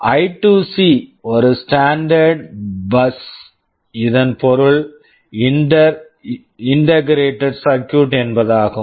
I2C I2C ஒரு standard bus standard bus இதன் பொருள் inter integrated circuit Inter Integrated Circuit என்பதாகும்